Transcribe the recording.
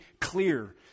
clear